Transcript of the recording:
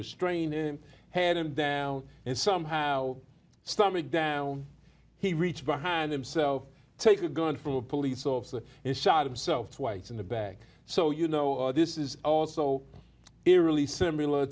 restrain him had him down and somehow stomach down he reached behind him so take a gun from a police officer and shot himself twice in the back so you know this is also eerily similar